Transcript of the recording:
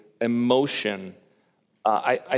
emotion—I